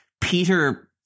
Peter